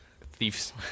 thieves